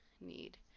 Need